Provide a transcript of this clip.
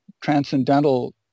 transcendental